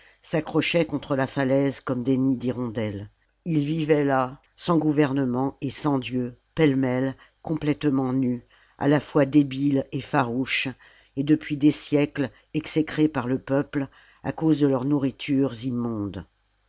s'accrochaient contre la falaise comme des nids d'hirondelles ils vivaient là sans gouvernement et sans dieux pêle-mêle complè salammbo tement nus à la fois débiles et farouches et depuis des siècles exécrés par le peuple à cause de leurs nourritures immondes